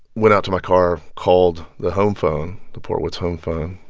went out to my car, called the home phone the portwoods' home phone.